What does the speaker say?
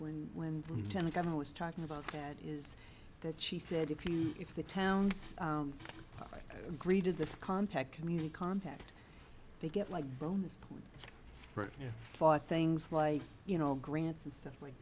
when ten again was talking about that is that she said if you if the towns agree to this contact community contact they get like bonus points yeah fought things like you know grants and stuff like